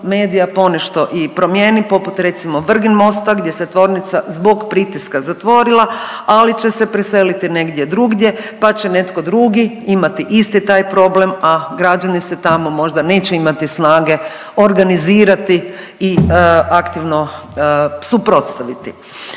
medija ponešto i promijeni poput recimo Vrgin mosta gdje se tvornica zbog pritiska zatvorila, ali će se preseliti negdje drugdje, pa će netko drugi imati isti taj problem, a građani se tamo možda neće imati snage organizirati i aktivno suprotstaviti.